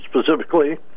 specifically